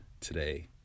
today